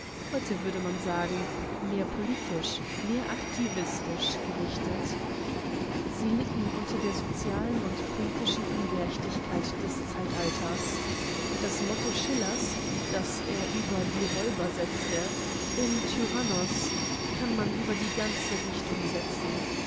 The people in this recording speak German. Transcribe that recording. heute würde man sagen mehr politisch mehr aktivistisch gerichtet sie litten unter der sozialen und politischen ungerechtigkeit des zeitalters das motto schillers das er über die räuber setzte in tyrannos kann man über die ganze richtung setzen